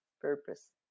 purpose